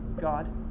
God